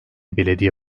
belediye